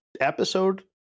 episode